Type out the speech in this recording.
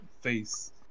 face